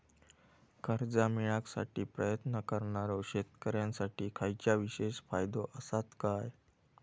कर्जा मेळाकसाठी प्रयत्न करणारो शेतकऱ्यांसाठी खयच्या विशेष फायदो असात काय?